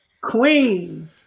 Queen